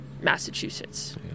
Massachusetts